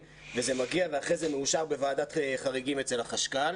ואחרי זה מאושר בוועדת החריגים אצל החשכ"ל.